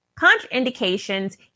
Contraindications